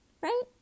right